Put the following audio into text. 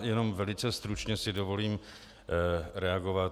Jenom velice stručně si dovolím reagovat.